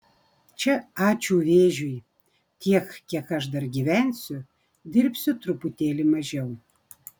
čia ačiū vėžiui tiek kiek aš dar gyvensiu dirbsiu truputėlį mažiau